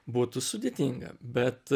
būtų sudėtinga bet